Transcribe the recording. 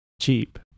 cheap